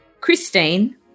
Christine